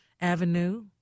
Avenue